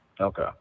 Okay